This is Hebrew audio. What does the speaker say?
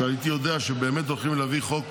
שבאמת הייתי יודע שבאמת הולכים להביא חוק